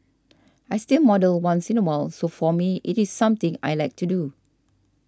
I still model once in a while so for me it is something I like to do